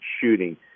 shooting